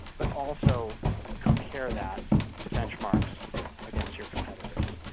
but also compare that to benchmarks against your competitors.